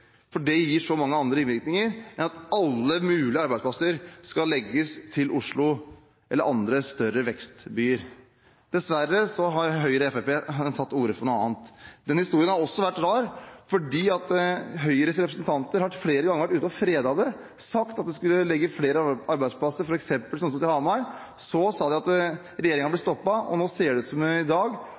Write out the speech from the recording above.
for det gir så mange andre ringvirkninger enn om alle mulige arbeidsplasser skal legges til Oslo eller andre større vekstbyer. Dessverre har Høyre og Fremskrittspartiet tatt til orde for noe annet. Den historien har også vært rar. Høyres representanter har flere ganger vært ute og fredet det og sagt at de skulle legge flere arbeidsplasser f.eks. til Hamar, så sa de at regjeringen ble stoppet, og i dag ser det igjen ut til at det som